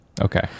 Okay